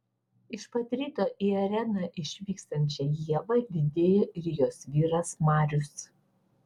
iš pat ryto į areną išvykstančią ievą lydėjo ir jos vyras marius